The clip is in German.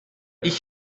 ich